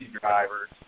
drivers